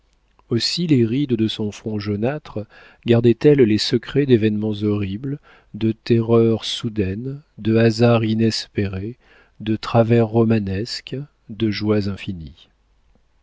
aussi les rides de son front jaunâtre gardaient elles les secrets d'événements horribles de terreurs soudaines de hasards inespérés de traverses romanesques de joies infinies